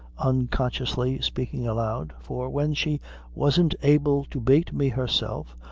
unconsciously speaking aloud for when she wasn't able to bate me herself,